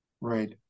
Right